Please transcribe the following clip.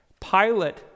Pilate